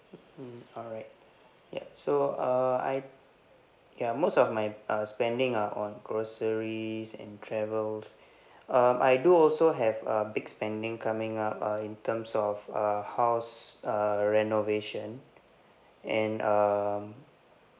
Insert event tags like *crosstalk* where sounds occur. mm alright yup so err I ya most of my uh spending are on groceries and travels *breath* um I do also have a big spending coming up uh in terms of uh house uh renovation and um